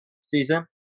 season